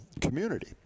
community